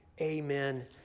amen